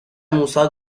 موسی